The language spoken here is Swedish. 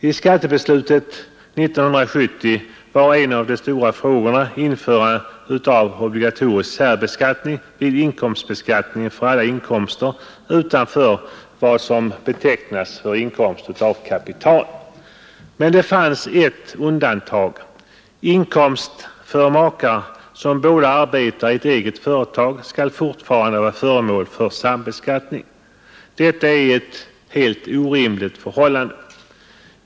I skattebeslutet 1970 var en av de stora frågorna införande av obligatorisk särbeskattning vid inkomstbeskattningen för alla inkomster utanför vad som betecknas som inkomst av kapital. Men det fanns ett undantag. Inkomst för makar som båda arbetar i ett eget företag skall fortfarande vara föremål för sambeskattning. Detta är ett helt orimligt förhållande.